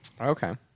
Okay